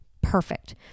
perfect